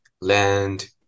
land